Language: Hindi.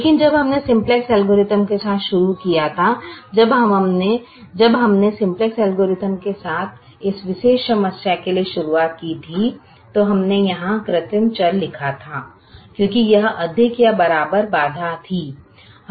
लेकिन जब हमने सिम्प्लेक्स एल्गोरिथ्म संदर्भ समय 1519 के साथ शुरू किया था जब हमने सिम्प्लेक्स एल्गोरिथ्म के साथ इस विशेष समस्या के लिए शुरुआत की थी तो हमने यहां कृत्रिम चर लिखा था क्योंकि यह अधिक या बराबर बाधा थी